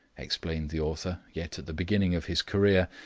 explained the author yet at the beginning of his career,